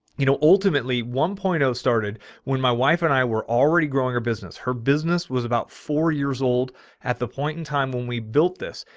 you know, ultimately one point zero started when my wife and i were already growing her business, her business was about four years old at the point in time when we built this.